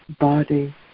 body